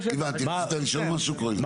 רצית לשאול משהו קרויזר?